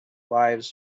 lives